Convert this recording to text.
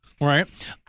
Right